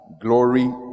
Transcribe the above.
Glory